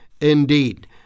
indeed